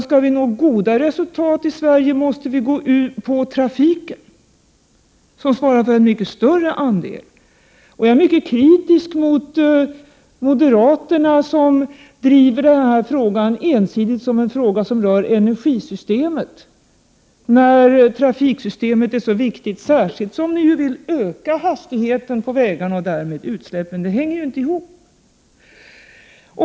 Skall vi nå goda resultat i Sverige, måste vi rikta in oss på trafiken som svarar för en mycket större andel. Jag är mycket kritisk till moderaterna, som driver den här frågan ensidigt som en fråga som rör energisystemet, när trafiksystemet är så viktigt, särskilt som moderaterna vill öka hastigheten på vägarna och därmed utsläppen. Det hänger inte ihop.